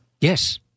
Yes